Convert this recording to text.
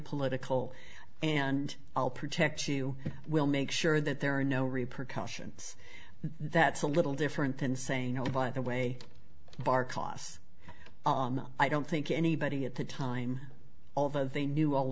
political and i'll protect you we'll make sure that there are no repercussions that's a little different than saying oh by the way bar cos i don't think anybody at the time although they knew all